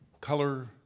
color